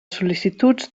sol·licituds